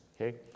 okay